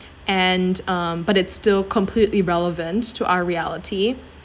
and um but it's still completely relevant to our reality